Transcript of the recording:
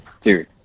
dude